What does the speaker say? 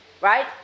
Right